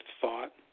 thought